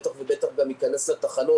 בטח ובטח גם ייכנס לתחנות.